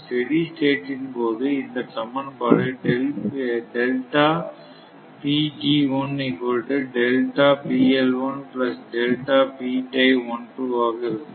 steady state இன் போது இந்த சமன்பாடு ஆக இருக்கும்